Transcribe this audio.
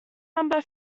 number